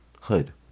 hood